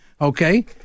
Okay